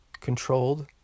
controlled